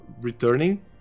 returning